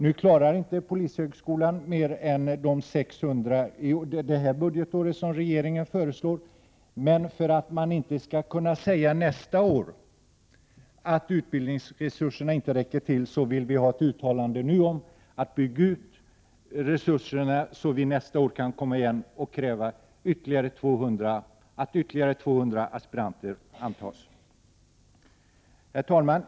Nu klarar inte polishögskolan mer än de 600 som regeringen föreslår under detta budgetår. Men för att man inte nästa år skall kunna säga att utbildningsresurserna inte räcker till vill vi nu ha ett uttalande om att resurserna skall byggas ut så att vi nästa år kan kräva att ytterligare 200 aspiranter antas. Herr talman!